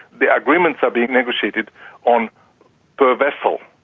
the agreements are being negotiated on per vessel,